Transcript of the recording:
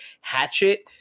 Hatchet